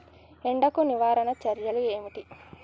ఎండకు నివారణ చర్యలు ఏమిటి?